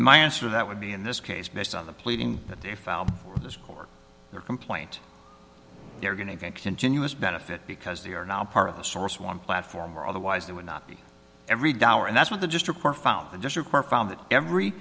my answer that would be in this case based on the pleading that they filed with this court their complaint they're going to get continuous benefit because they are now part of the source one platform where otherwise they would not be every dollar and that's what the district court found the district court found that every